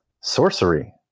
sorcery